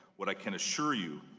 what i can assure you,